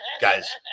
guys